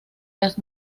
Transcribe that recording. las